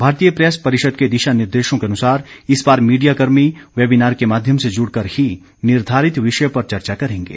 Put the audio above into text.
भारतीय प्रेस परिषद के दिशा निर्देशो के अनुसार इस बार मीडिया कर्मी वैबिनार के माध्यम से जुड़कर ही निर्धारित विषय पर चर्चा करेंगे